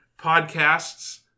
podcasts